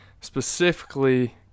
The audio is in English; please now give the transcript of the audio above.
specifically